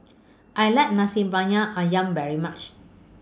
I like Nasi Briyani Ayam very much